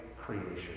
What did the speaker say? creation